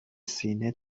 سینه